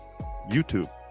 YouTube